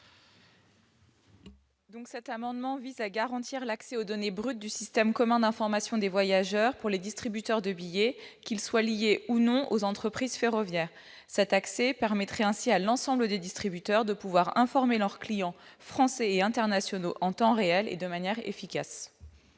Cet amendement vise à garantir l'accès aux données brutes du système commun d'information des voyageurs pour les distributeurs de billets, qu'ils soient liés ou non aux entreprises ferroviaires. Cet accès permettrait à l'ensemble des distributeurs d'informer leurs clients français et internationaux en temps réel et de manière efficace.